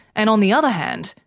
and on the other hand,